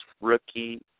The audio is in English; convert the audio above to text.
rookie